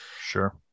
Sure